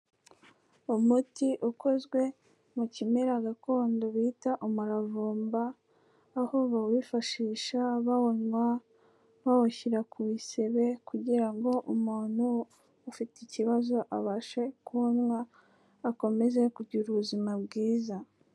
Umuti ukozwe mu kimera gakondo bita umuravumba aho bawifashisha bawunywa, bawushyira ku bisebe kugira ngo umuntu ufite ikibazo abashe kuwunywa akomeze kugira ubuzima bwiza.